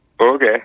Okay